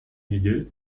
недель